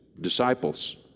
disciples